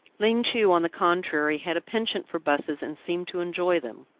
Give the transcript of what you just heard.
ling chu on the contrary had a penchant for buses and seemed to enjoy them.